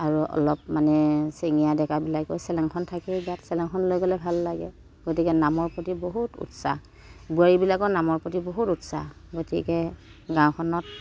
আৰু অলপ মানে চেঙিয়া ডেকাবিলাকেও চেলেংখন থাকেই গাত চেলেংখন লৈ গ'লে ভাল লাগে গতিকে নামৰ প্ৰতি বহুত উৎসাহ বোৱাৰীবিলাকৰ নামৰ প্ৰতি বহুত উৎসাহ গতিকে গাঁওখনত